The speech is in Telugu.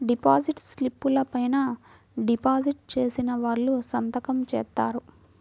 డిపాజిట్ స్లిపుల పైన డిపాజిట్ చేసిన వాళ్ళు సంతకం జేత్తారు